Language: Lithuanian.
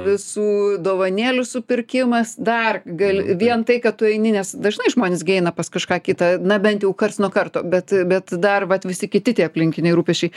visų dovanėlių supirkimas dar gali vien tai kad tu eini nes dažnai žmonės gi eina pas kažką kitą na bent jau karts nuo karto bet bet dar vat visi kiti tie aplinkiniai rūpesčiai